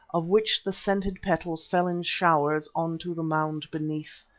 of which the scented petals fell in showers on to the mound beneath.